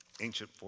ancient